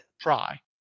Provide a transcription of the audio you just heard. try